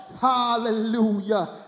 Hallelujah